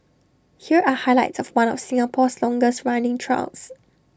here are highlights of one of Singapore's longest running trials